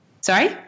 Sorry